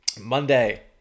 Monday